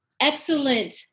Excellent